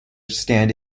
stand